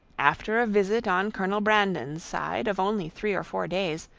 after a visit on colonel brandon's side of only three or four days,